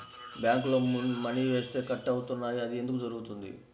బ్యాంక్లో మని వేస్తే కట్ అవుతున్నాయి అది ఎందుకు జరుగుతోంది?